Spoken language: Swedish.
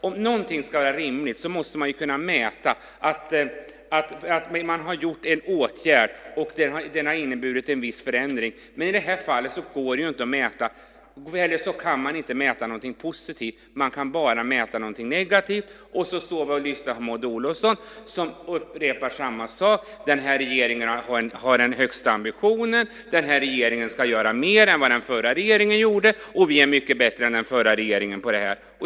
Om något ska vara rimligt måste man kunna mäta att man har vidtagit en åtgärd och att den har inneburit en viss förändring. Men i det här fallet kan man inte mäta något positivt. Man kan bara mäta något negativt. Vi lyssnar på Maud Olofsson som upprepar samma sak: Den här regeringen har den högsta ambitionen. Den här regeringen ska göra mer än vad den förra regeringen gjorde, och vi är mycket bättre än den förra regeringen på det här.